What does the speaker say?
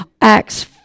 acts